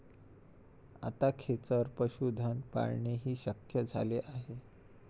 आता खेचर पशुधन पाळणेही शक्य झाले आहे